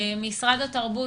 משרד התרבות,